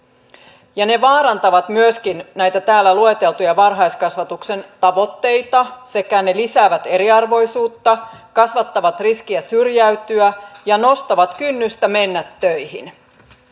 ne vaarantavat myöskin näitä täällä lueteltuja varhaiskasvatuksen tavoitteita sekä lisäävät eriarvoisuutta kasvattavat riskiä syrjäytyä ja nostavat kynnystä mennä töihin